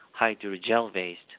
hydrogel-based